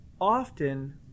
often